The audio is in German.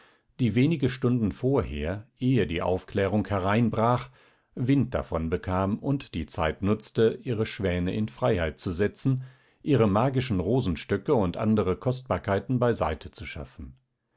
die wenige stunden vorher ehe die aufklärung hereinbrach wind davon bekam und die zeit nutzte ihre schwäne in freiheit zu setzen ihre magischen rosenstöcke und andere kostbarkeiten beiseite zu schaffen